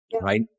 right